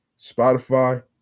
Spotify